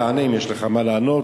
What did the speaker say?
תענה אם יש לך מה לענות,